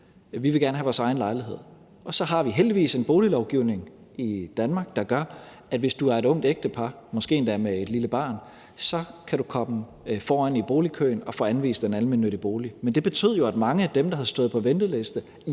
vi vil gerne have vores egen lejlighed. Og så har vi heldigvis en boliglovgivning i Danmark, der gør, at hvis man er et ungt ægtepar, måske endda med et lille barn, så kan man komme foran i boligkøen og få anvist en almennyttig bolig. Men det betød jo, at mange af dem, der havde stået på venteliste